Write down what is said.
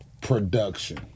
production